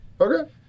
Okay